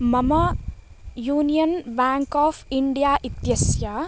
मम Union Bank of India इत्यस्य